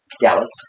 dallas